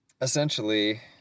essentially